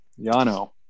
Yano